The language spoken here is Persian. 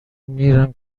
میرم